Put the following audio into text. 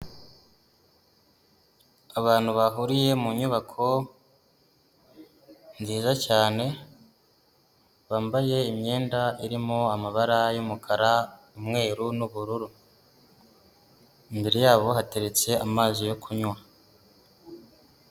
Abantu bahuriye mu nyubako nziza cyane, bambaye imyenda irimo amabara y'umukara umweru n'ubururu, imbere yabo hateretse amazi yo kunywa.